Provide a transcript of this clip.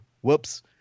Whoops